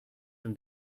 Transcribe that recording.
from